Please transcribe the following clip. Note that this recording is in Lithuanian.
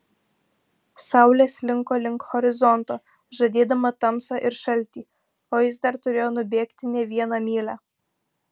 saulė slinko link horizonto žadėdama tamsą ir šaltį o jis dar turėjo nubėgti ne vieną mylią